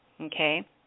okay